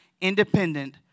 independent